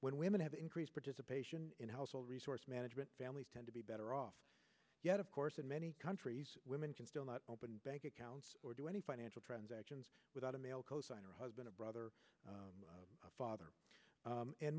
when women have increased participation in household resource management family tend to be better off yet of course in many countries women can still not open bank accounts or do any financial transactions without a male cosigner husband a brother a father